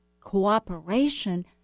cooperation